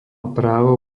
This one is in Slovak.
právo